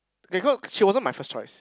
okay cause he wasn't my first choice